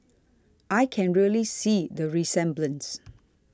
I can really see the resemblance